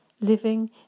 Living